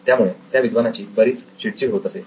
त्यामुळे त्या विद्वानाची बरीच चिडचिड होत असे